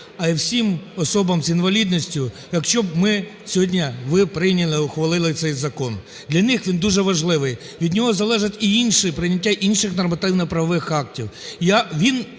а й всім особам з інвалідністю, якщо б ми сьогодні, ви прийняли і ухвалили цей закон. Для них він дуже важливий, від нього залежать і інші, прийняття, інших нормативно-правових актів,